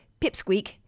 pipsqueak